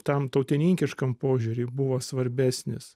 tam tautininkiškam požiūriui buvo svarbesnis